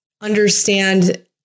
understand